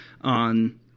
on